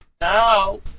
now